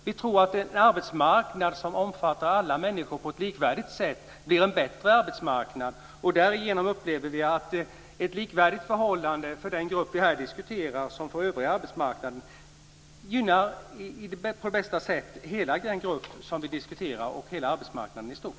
Vi tror att en arbetsmarknad som omfattar alla människor på ett likvärdigt sätt blir en bättre arbetsmarknad, och därför upplever vi att ett likvärdigt förhållande med övriga arbetsmarknaden för den grupp vi här diskuterar på bästa sätt gynnar både denna grupp och arbetsmarknaden i stort.